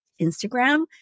Instagram